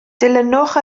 dilynwch